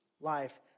life